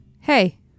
Hey